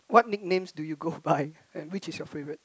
what nickname did you go and which is your favorite